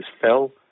fell